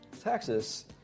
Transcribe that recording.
Taxes